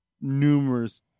numerous